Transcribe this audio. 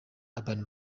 urban